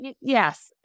Yes